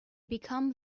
become